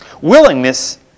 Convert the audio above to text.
willingness